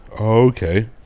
Okay